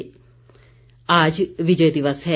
विजय दिवस आज विजय दिवस है